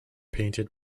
painted